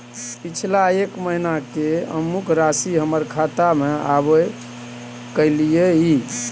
पिछला एक महीना म अमुक राशि हमर खाता में आबय कैलियै इ?